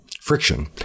friction